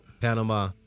Panama